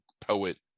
poet